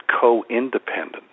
co-independent